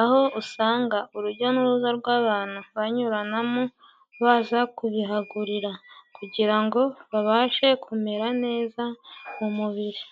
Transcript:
aho usanga urujya n'uruza rw'abantu banyuranamo baza kubihagurira, kugira ngo babashe kumera neza mu mubiri.